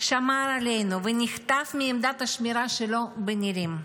שמר עלינו, ונחטף מעמדת השמירה שלו בנירים.